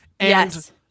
Yes